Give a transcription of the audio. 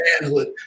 manhood